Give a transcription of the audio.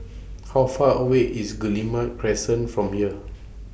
How Far away IS Guillemard Crescent from here